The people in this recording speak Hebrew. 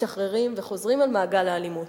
משתחררים וחוזרים על מעגל האלימות.